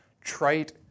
trite